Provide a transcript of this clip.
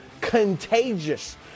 contagious